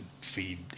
feed